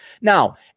Now